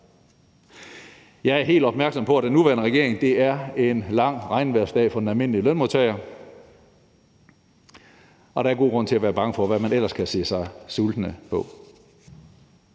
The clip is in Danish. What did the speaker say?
Jeg er helt opmærksom på, at den nuværende regering er en lang regnvejrsdag for den almindelige lønmodtager, og der er god grund til at være bange for, hvad man ellers kan se sig sultne på.